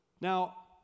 Now